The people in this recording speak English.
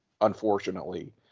unfortunately